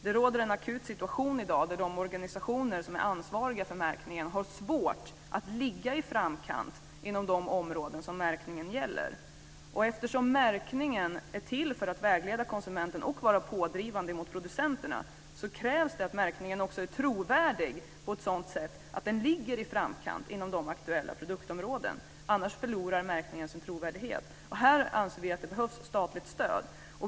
Det råder en akut situation i dag, där de organisationer som är ansvariga för märkningen har svårt att ligga i framkant inom de områden som märkningen gäller. Eftersom märkningen är till för att vägleda konsumenten och vara pådrivande mot producenterna krävs det att märkningen också är trovärdig på ett sådant sätt att den ligger i framkant inom aktuella produktområden. Annars förlorar märkningen sin trovärdighet. Här anser vi att det behövs ett statligt stöd.